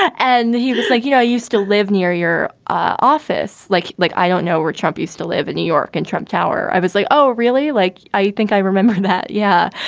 and he was like, you know, i used to live near your office. like like i don't know where trump used to live in new york and trump tower. i was like, oh, really? like, i think i remember that. yeah,